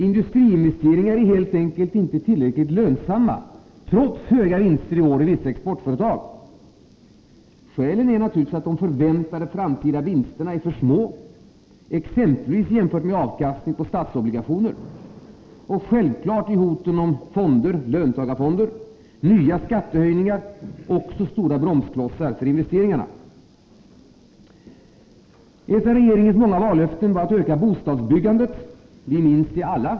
Industriinvesteringarna är helt enkelt inte tillräckligt lönsamma, trots höga vinster i år i vissa exportföretag. Skälen är naturligtvis att de förväntade framtida vinsterna är för små, exempelvis jämfört med avkastningen på statsobligationer. Och självfallet är hoten om löntagarfonder och nya skattehöjningar också stora bromsklossar för investeringarna. Ett av regeringens många vallöften var att öka bostadsbyggandet — vi minns det alla.